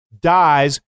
dies